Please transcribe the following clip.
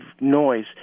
noise